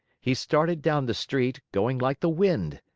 he started down the street, going like the wind.